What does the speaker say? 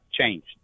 changed